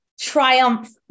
Triumph